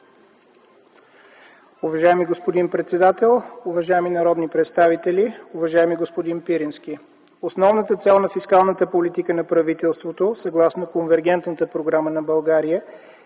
Уважаеми господин председател, уважаеми народни представители! Уважаеми господин Пирински, основната цел на фискалната политика на правителството съгласно Конвергентната програма на България